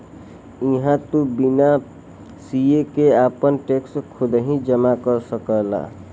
इहां से तू बिना सीए के आपन टैक्स खुदही जमा कर सकला